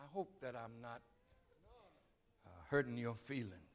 i hope that i'm not hurting your feeling